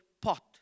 pot